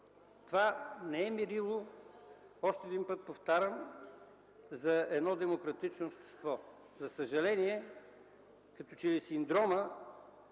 Това не е мерило, още един път повтарям, за демократично общество. За съжаление, като че ли синдромът